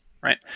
right